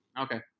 Okay